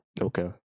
Okay